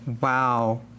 Wow